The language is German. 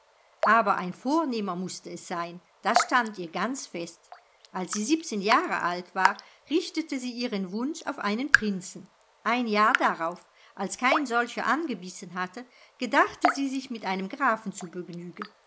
aber ein vornehmer mußte es sein das stand ihr ganz fest als sie siebzehn jahre alt war richtete sie ihren wunsch auf einen prinzen ein jahr darauf als kein solcher angebissen hatte gedachte sie sich mit einem grafen zu begnügen